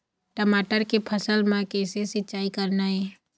टमाटर के फसल म किसे सिचाई करना ये?